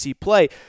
play